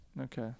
Okay